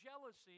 jealousy